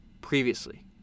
previously